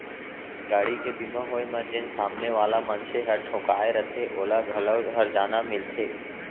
गाड़ी के बीमा होय म जेन सामने वाला मनसे ह ठोंकाय रथे ओला घलौ हरजाना मिलथे